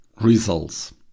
results